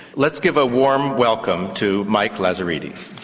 let's give a warm welcome to mike lazaridis.